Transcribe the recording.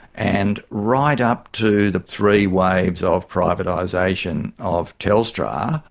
and right up to the three waves ah of privatisation of telstra,